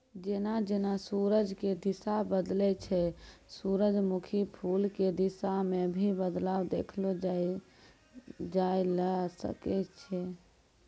जेना जेना सूरज के दिशा बदलै छै सूरजमुखी फूल के दिशा मॅ भी बदलाव देखलो जाय ल सकै छै